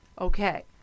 Okay